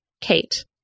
Kate